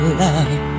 love